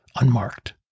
unmarked